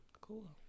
Cool